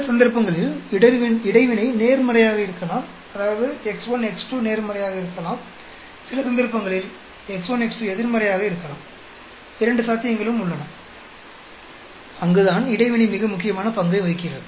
சில சந்தர்ப்பங்களில் இடைவினை நேர்மறையாக இருக்கலாம் அதாவது X1 X2 நேர்மறையாக இருக்கலாம் சில சந்தர்ப்பங்களில் X1 X2 எதிர்மறையாகவும் இருக்கலாம் இரண்டு சாத்தியங்களும் உள்ளன அங்குதான் இடைவினை மிக முக்கியமான பங்கை வகிக்கிறது